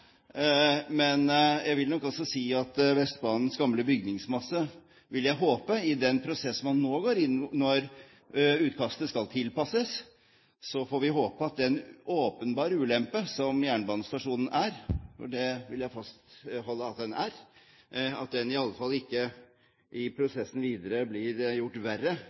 Men jeg vil nok også si at jeg håper at Vestbanens gamle bygningsmasse, når utkastet skal tilpasses, og den åpenbare ulempen som jernbanestasjonen er – for det vil jeg fastholde at den er – i alle fall ikke blir gjort verre enn nødvendig i prosessen videre.